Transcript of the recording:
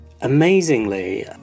Amazingly